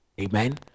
amen